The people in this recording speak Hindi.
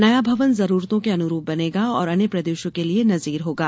नया भवन जरूरतों के अनुरूप बनेगा और अन्य प्रदेशों के लिए नजीर होगा